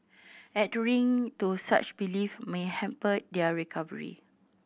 adhering to such belief may hamper their recovery